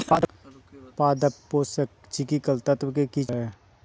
पादप पोषक चिकिकल तत्व के किचर होबो हइ